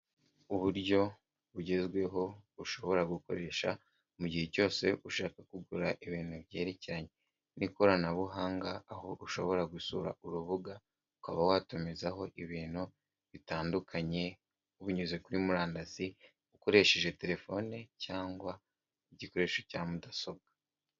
Uburyo bugezweho ushobora gukoresha mu gihe cyose ushaka kugura ibintu byerekeranye n'ikoranabuhanga, aho ushobora gusura urubuga ukaba watumizaho ibintu bitandukanye binyuze kuri murandasi ukoresheje telefone cyangwa igikoresho cya mudasobwa.